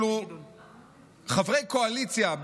חברי קואליציה,